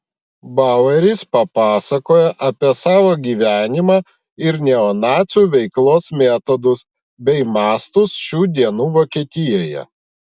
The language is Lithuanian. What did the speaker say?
baueris papasakojo apie savo gyvenimą ir neonacių veiklos metodus bei mastus šių dienų vokietijoje